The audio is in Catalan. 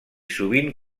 sovint